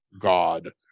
god